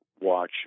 watch